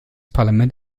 parlament